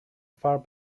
far